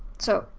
so,